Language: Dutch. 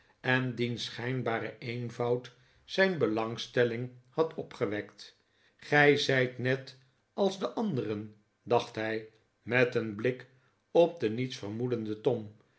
en diens schijnbare eenvoud zijn belangstelling had opgewekt gij zijt net als de anderen dacht hij met een blik op den niets vermoedenden tom